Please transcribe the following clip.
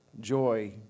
joy